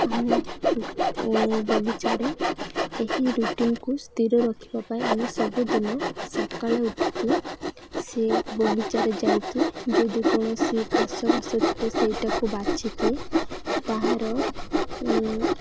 ଆମ ବଗିଚାରେ ଏହି ରୁଟିନକୁ ସ୍ଥିର ରଖିବା ପାଇଁ ଆମେ ସବୁଦିନ ସକାଳେ ଉଠିକି ସେ ବଗିଚାରେ ଯାଇକି ଯଦି କୌଣସି ଘାସ ଫାସ ଥିବ ସେଇଟାକୁ ବାଛିକି ତାହାର